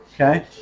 Okay